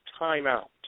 timeout